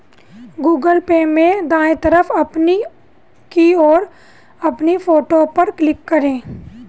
Google Pay में दाएं तरफ ऊपर की ओर अपनी फोटो पर क्लिक करें